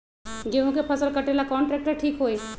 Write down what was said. गेहूं के फसल कटेला कौन ट्रैक्टर ठीक होई?